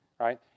right